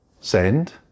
send